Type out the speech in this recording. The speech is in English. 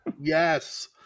Yes